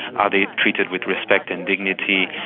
are they treated with respect and dignity?